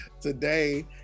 today